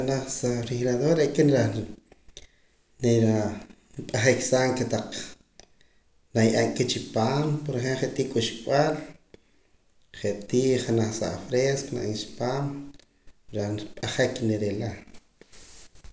Junaj sa refrigerador re' aka reh nira p'ajaksaam kotaq naye'emka chi paam por ejemplo je' tii k'uxb'al je' tii janaj sa afresco naye'emka chi paam reh p'ajak nirila.